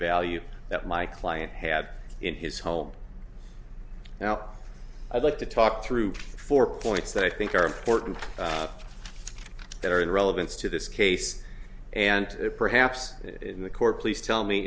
value that my client had in his home now i'd like to talk through four points that i think are important that are in relevance to this case and perhaps in the court please tell me